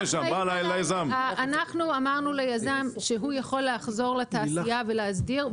--- אנחנו אמרנו ליזם שהוא יכול לחזור לתעשייה ולהסדיר.